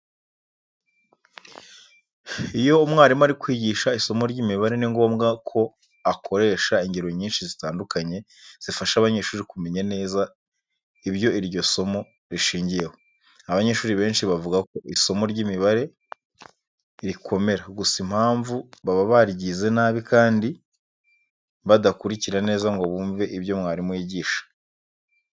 Iyo umwarimu ari kwigisha isomo ry'imibare ni ngombwa ko akoresha ingero nyinshi zitandukanye zifasha abanyeshuri kumenya neza ibyo iryo somo rishingiyeho. Abanyeshuri benshi bavuga ko isomo ry'imibare rikomera gusa impamvu, baba baryize nabi kandi badakurikira neza ngo bumve ibyo mwarimu yigisha.